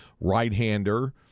right-hander